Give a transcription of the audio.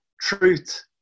truth